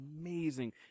amazing